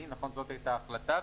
אלקטרוני זאת הייתה ההחלטה,